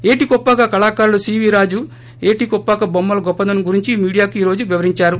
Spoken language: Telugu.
ఏటికొప్పాక కళాకారుడు సీవీ రాజు ఏటికొప్పాక బొమ్మల గొప్పదనం గురించి మీడియాకు ఈ రోజు వివరిందారు